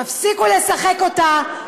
תפסיקו לשחק אותה,